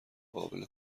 قابل